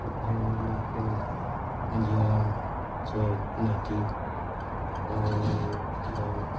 ᱩᱱᱠᱩ ᱠᱚᱦᱚᱸ ᱢᱟᱹᱡᱷᱤ ᱦᱟᱲᱟᱢ ᱥᱮ ᱱᱟᱭᱠᱮ